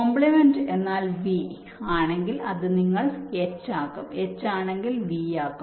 complement എന്നാൽ V ആണെങ്കിൽ നിങ്ങൾ അത് H ആക്കും H ആണെങ്കിൽ V ആക്കും